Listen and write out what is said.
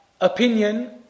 opinion